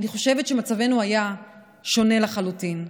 אני חושבת שמצבנו היה שונה לחלוטין.